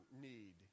need